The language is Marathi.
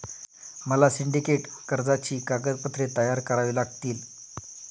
मला सिंडिकेट कर्जाची कागदपत्रे तयार करावी लागतील